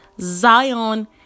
zion